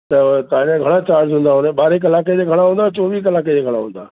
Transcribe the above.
त तव्हांजा घणा चार्ज हूंदा हुन ॿारहें कलाके जे घणा हूंदा चोवीह कलाके जे घणा हुंदा